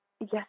Yes